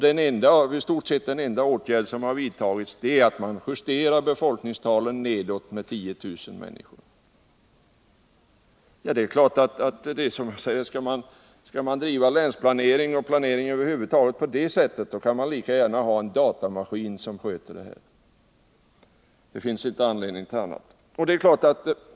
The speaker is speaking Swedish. Den i stort sett enda åtgärden man vidtagit är att man justerat befolkningstalet nedåt med 10 000 människor. Skall man driva länsplanering och planering över huvud taget på det sättet. då kan man lika gärna ha en datamaskin som sköter det hela.